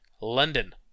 London